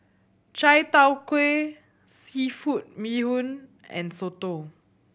Chai Tow Kuay seafood bee hoon and soto